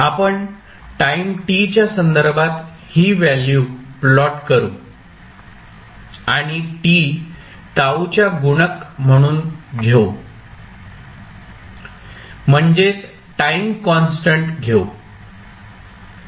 आपण time t च्या संदर्भात ही व्हॅल्यू प्लॉट करू आणि टाईम t τ च्या गुणक म्हणून घेऊ म्हणजेच टाईम कॉन्स्टंट घेऊ